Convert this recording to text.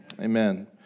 Amen